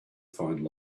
find